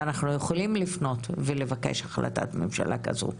ואנחנו יכולים לפנות ולבקש החלטת ממשלה כזו,